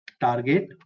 target